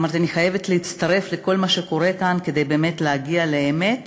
אמרתי שאני חייבת להצטרף לכל מה שקורה כאן כדי להגיע לאמת.